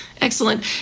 Excellent